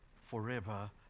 forever